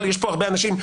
יש פה הרבה אנשים,